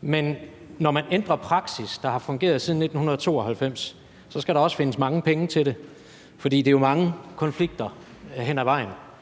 Men når man ændrer en praksis, der har fungeret siden 1992, så skal der også findes mange penge til det, for det drejer sig om mange konflikter hen ad vejen.